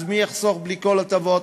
אז מי יחסוך בלי כל הטבות?